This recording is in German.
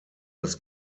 das